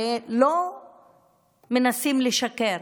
הרי לא מנסים לשקר.